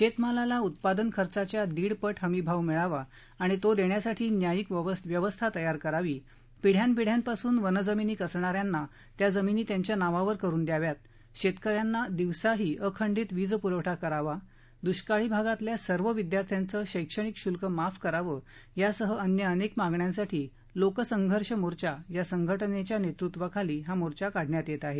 शेतमालाला उत्पादन खर्चाच्या दीडपट हमी भाव मिळावा आणि तो देण्यासाठी न्यायिक व्यवस्था तयार करावी पिढ्यान पिढ्यांपासुन वनजमिनी कसणाऱ्यांना त्या जमिनी त्यांच्या नावावर करून द्याव्या शेतकऱ्यांना दिवसाही अखंडित वीजपूरवठा करावा दृष्काळी भागातल्या सर्व विद्यार्थ्यांचं शैक्षणिक शुल्क माफ करावं यासह अन्य अनेक मागण्यांसाठी लोकसंघर्ष मोर्चा या संघटनेच्या नेतृत्वाखाली हा मोर्चा काढण्यात येत आहे